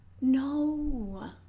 No